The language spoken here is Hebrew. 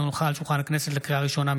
לקריאה ראשונה,